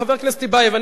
חבר הכנסת טיבייב,